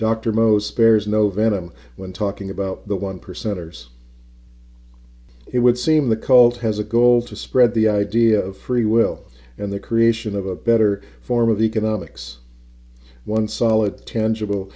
venom when talking about the one percenters it would seem the called has a goal to spread the idea of free will in the creation of a better form of economics one solid tangible